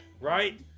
right